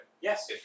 Yes